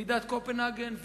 ועידת קופנהגן,